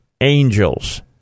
angels